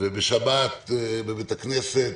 ובשבת בבית הכנסת,